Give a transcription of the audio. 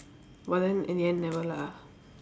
but then in the end never lah